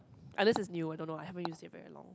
unless it is new I don't know I haven't use it very long